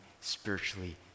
spiritually